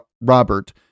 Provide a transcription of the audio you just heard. Robert